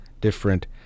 different